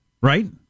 right